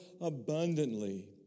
abundantly